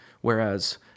Whereas